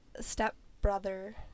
stepbrother